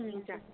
हजुर